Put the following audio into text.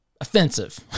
offensive